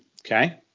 Okay